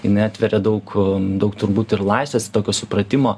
jinai atveria daug daug turbūt ir laisvės ir tokio supratimo